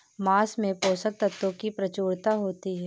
माँस में पोषक तत्त्वों की प्रचूरता होती है